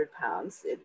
pounds